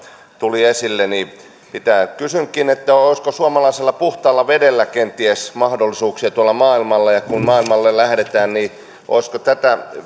tulivat esille pitävät kysynkin olisiko suomalaisella puhtaalla vedellä kenties mahdollisuuksia tuolla maailmalla ja kun maailmalle lähdetään niin olisiko tätä